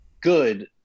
good